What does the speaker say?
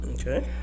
Okay